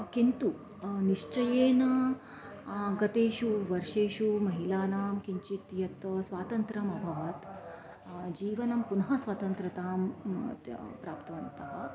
किन्तु निश्चयेन गतेषु वर्षेषु महिलानां किञ्चित् यत् स्वातन्त्र्यम् अभवत् जीवने पुनः स्वतन्त्रतां प्राप्तवन्तः